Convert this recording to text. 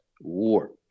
war